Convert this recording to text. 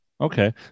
Okay